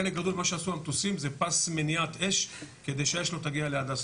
חלק גדול ממה שעשו המטוסים זה פס מניעת אש כדי שהאש לא תגיע להדסה.